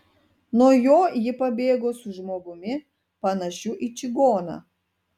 nuo jo ji pabėgo su žmogumi panašiu į čigoną